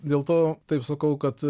dėl to taip sakau kad